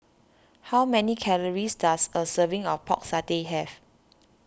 how many calories does a serving of Pork Satay have